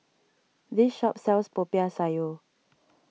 this shop sells Popiah Sayur